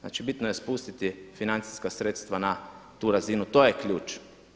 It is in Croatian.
Znači bitno je spustiti financijska sredstva na tu razinu, to je ključ.